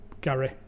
Gary